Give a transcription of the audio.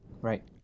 Right